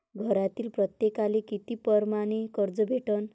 घरातील प्रत्येकाले किती परमाने कर्ज भेटन?